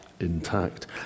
intact